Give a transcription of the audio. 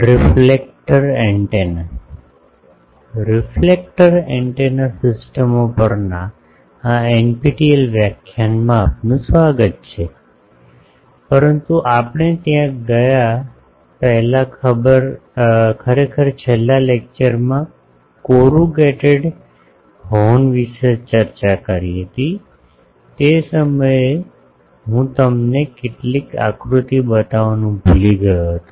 reflector antenna સિસ્ટમો પરના આ એનપીટીએલ વ્યાખ્યાનમાં આપનું સ્વાગત છે પરંતુ આપણે ત્યાં ગયા પહેલા ખરેખર છેલ્લા લેક્ચરમાં કોરુગેટેડ હોર્ન વિશે ચર્ચા કરી હતી તે સમયે હું તમને કેટલાક આકૃતિઓ બતાવવાનું ભૂલી ગયો હતો